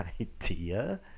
idea